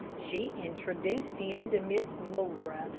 she introduced him to miss laura,